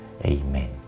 Amen